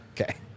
Okay